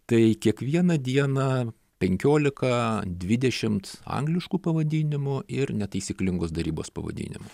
tai kiekvieną dieną penkiolika dvidešimt angliškų pavadinimų ir netaisyklingos darybos pavadinimų